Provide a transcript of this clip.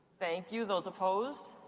thank you. those opposed?